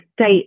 state